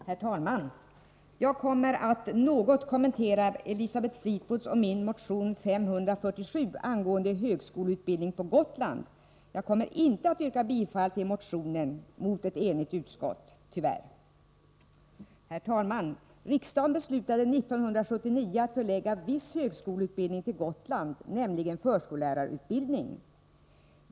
Herr talman! Jag kommer att något kommentera Elisabeth Fleetwoods och min motion 547 angående högskoleutbildning på Gotland. Jag kommer inte att yrka bifall till motionen mot ett tyvärr enigt utskott. Herr talman! Riksdagen beslutade år 1979 att förlägga viss högskoleutbildning till Gotland, nämligen förskollärarutbildning.